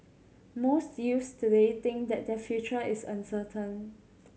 most youths today think that their future is uncertain